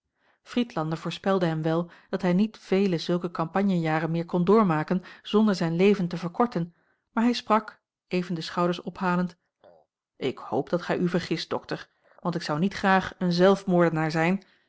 friedlander voorspelde hem wel dat hij niet vele zulke campagnejaren meer kon doormaken zonder zijn leven te verkorten maar hij sprak even de schouders ophalend ik hoop dat gij u vergist dokter want ik zou niet graag een zelfmoordenaar zijn